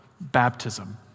baptism